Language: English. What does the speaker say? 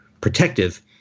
protective